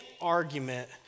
argument